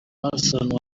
persons